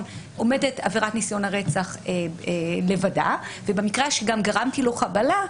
עומדת עבירת ניסיון הרצח לבדה וגם גרמתי לו חבלה,